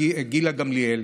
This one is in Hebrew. הגב' גילה גמליאל.